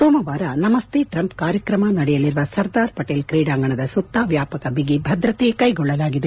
ಸೋಮವಾರ ನಮಸ್ತೆ ಟ್ರಂಪ್ ಕಾರ್ಯಕ್ರಮ ನಡೆಯಲಿರುವ ಸರ್ದಾರ್ ಪಟೇಲ್ ಕ್ರೀಡಾಂಗಣದ ಸುತ್ತ ವ್ಯಾಪಕ ಬಿಗಿಭದ್ರತೆ ಕೈಗೊಳ್ಳಲಾಗಿದೆ